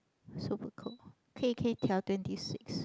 super cold K K twenty six